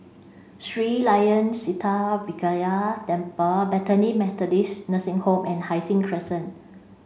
Sri Layan Sithi Vinayagar Temple Bethany Methodist Nursing Home and Hai Sing Crescent